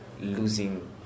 losing